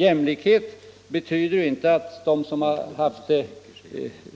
Jämlikhet betyder ju inte att de som haft det